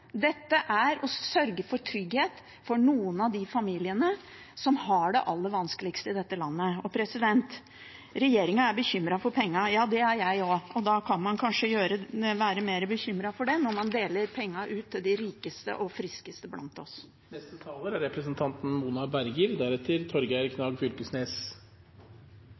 dette er å sørge for trygghet for noen av de familiene som har det aller vanskeligst i dette landet. Regjeringen er bekymret for pengene – det er jeg også – og da kan man kanskje være mer bekymret når man deler pengene ut til de rikeste og friskeste blant oss. I tillegg til å være vararepresentant på Stortinget er